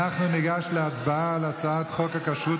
אנחנו ניגש להצבעה על הצעת חוק הכשרות